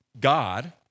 God